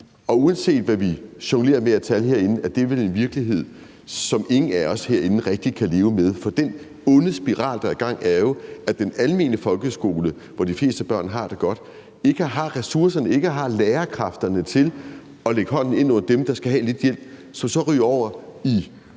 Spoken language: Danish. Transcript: Og uanset hvad vi jonglerer med af tal, er det vel en virkelighed, som ingen af os herinde rigtig kan leve med, for den onde spiral, der er i gang, er jo, at den almene folkeskole, hvor de fleste børn har det godt, ikke har ressourcerne, ikke har lærerkræfterne til at holde hånden under dem, der skal have lidt hjælp, som så ryger over i